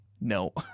No